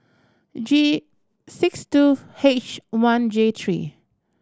G six two H one J three